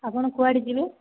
ଆପଣ କୁଆଡ଼େ ଯିବେ